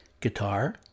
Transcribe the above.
guitar